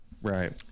Right